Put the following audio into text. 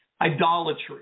idolatry